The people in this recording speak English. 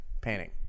Painting